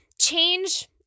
change